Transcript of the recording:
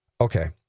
okay